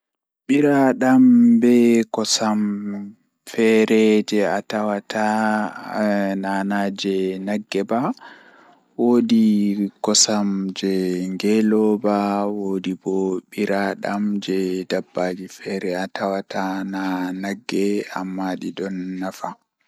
Fijirde jei mi ɓurɗaa wawuki kannjum woni Miɗo waɗi ɗum ko basketball, ngam mi jogii keewal e jaangugol. Miɗo yiɗi njogii waawugol faalaa kala buggol e jeewtude ko laaɓɗe, tawi mi faala waawugol e jogguɗe. Miɗo yiɗi kaɗɗo ko mbadii njillawdi ngal.